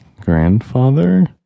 Grandfather